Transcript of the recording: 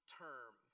term